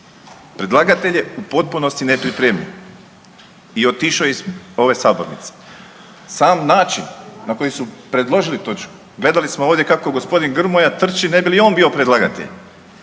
Predlagatelj je u potpunosti nepripremljen i otišao je iz ove sabornice. Sam način na koji su predložili točku, gledali smo ovdje kako g. Grmoja trči ne bi li on bio predlagatelj